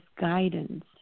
guidance